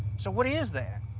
so, what is that?